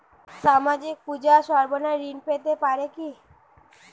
সামাজিক পূজা পার্বণে ঋণ পেতে পারে কি?